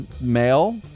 male